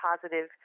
positive